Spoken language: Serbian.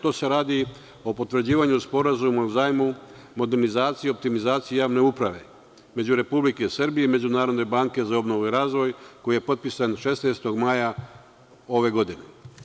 Tu se radi o potvrđivanju Sporazuma o zajmu modernizaciji, optimizaciji javne uprave između Republike Srbije i Međunarodne banke za obnovu i razvoj koji je potpisan 16. maja ove godine.